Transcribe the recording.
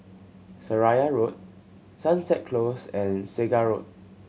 Seraya Road Sunset Close and Segar Road